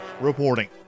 reporting